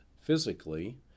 physically